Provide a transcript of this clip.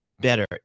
better